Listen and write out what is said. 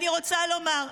בושה, ואני רוצה לומר,